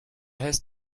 heißt